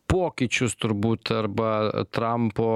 pokyčius turbūt arba trampo